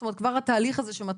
זאת אומרת, כבר התהליך הזה שמתחיל?